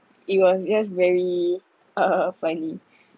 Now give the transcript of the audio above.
it was just very uh funny